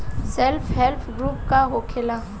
Self help group का होखेला?